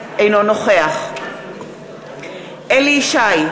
אינו נוכח אלי ישי,